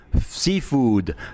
seafood